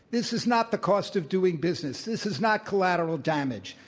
this is not the cost of doing business. this is not collateral damage.